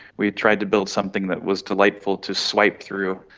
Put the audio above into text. we tried to build something that was delightful to swipe through.